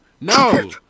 No